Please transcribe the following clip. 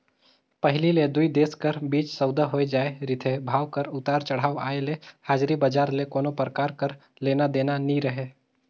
पहिली ले दुई देश कर बीच सउदा होए जाए रिथे, भाव कर उतार चढ़ाव आय ले हाजरी बजार ले कोनो परकार कर लेना देना नी रहें